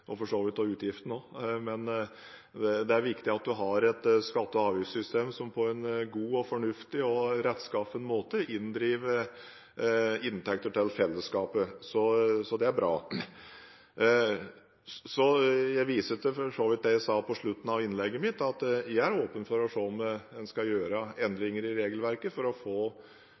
og for så vidt også utgiftene. Det er viktig at man har et skatte- og avgiftssystem som på en god, fornuftig og rettskaffen måte inndriver inntekter til fellesskapet. Det er bra. Jeg viser for så vidt til det jeg sa i slutten av innlegget mitt: Jeg er åpen for å se på om man skal gjøre endringer i regelverket for å